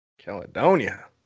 Caledonia